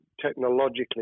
technologically